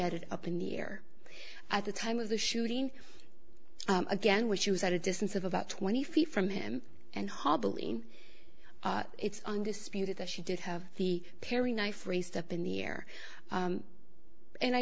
had it up in the air at the time of the shooting again when she was at a distance of about twenty feet from him and hobbling it's undisputed that she did have the perry knife raised up in the air and i